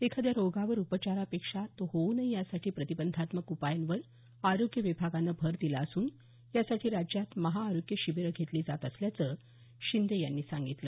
एखाद्या रोगावर उपचारापेक्षा तो होऊ नये यासाठी प्रतिबंधात्मक उपायांवर आरोग्य विभागाने भर दिला असून त्यासाठी राज्यात महाआरोग्य शिबीरे घेतली जात असल्याचं शिंदे यांनी सांगितलं